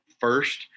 first